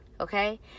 okay